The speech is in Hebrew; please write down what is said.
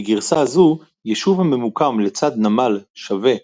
בגרסה זו יישוב הממוקם לצד נמל שווה